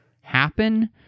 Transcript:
happen